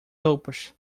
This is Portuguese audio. roupas